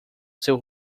seu